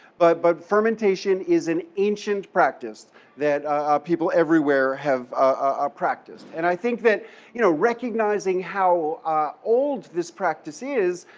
but but fermentation is an ancient practice that people everywhere have ah practiced. and i think that you know recognizing how old this practice is,